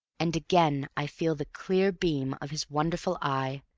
and again i feel the clear beam of his wonderful eye,